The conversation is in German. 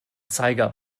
zeiger